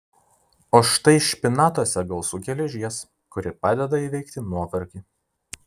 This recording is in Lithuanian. o štai špinatuose gausu geležies kuri padeda įveikti nuovargį